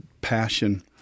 passion